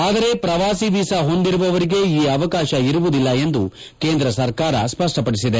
ಆದರೆ ಪ್ರವಾಸಿ ವೀಸಾ ಹೊಂದಿರುವವರಿಗೆ ಈ ಅವಕಾಶ ಇರುವುದಿಲ್ಲ ಎಂದು ಕೇಂದ್ರ ಸರ್ಕಾರ ಸ್ವಷ್ಪಪಡಿಸಿದೆ